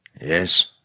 Yes